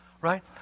right